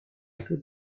could